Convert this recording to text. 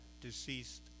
deceased